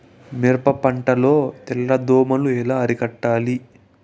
మిరప పంట లో తెల్ల దోమలు ఎలా అరికట్టాలి?